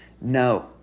No